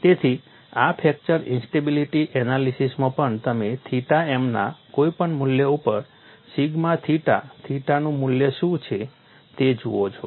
તેથી આ fracture instability એનાલિસીસમાં પણ તમે થીટા m ના કોઈપણ મૂલ્ય ઉપર સિગ્મા થીટા થીટાનું મૂલ્ય શું છે તે જુઓ છો